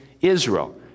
Israel